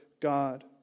God